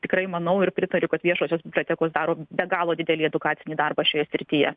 tikrai manau ir pritariu kad viešosios bibliotekos daro be galo didelį edukacinį darbą šioje srityje